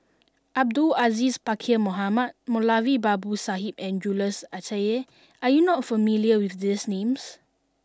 Abdul Aziz Pakkeer Mohamed Moulavi Babu Sahib and Jules Itier are you not familiar with these names